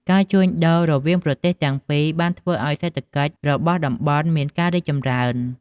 ការជួញដូររវាងប្រទេសទាំងពីរបានធ្វើឱ្យសេដ្ឋកិច្ចរបស់តំបន់មានការរីកចម្រើន។